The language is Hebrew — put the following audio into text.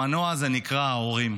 המנוע הזה נקרא: ההורים.